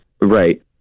Right